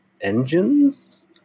engines